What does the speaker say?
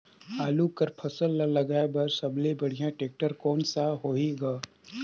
आलू कर फसल ल लगाय बर सबले बढ़िया टेक्टर कोन सा होही ग?